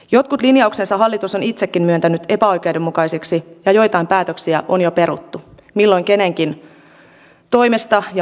jotkut linjauksensa hallitus on itsekin myöntänyt epäoikeudenmukaisiksi ja joitain päätöksiä on jo peruttu milloin kenenkin toimesta ja vaatimuksesta